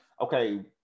okay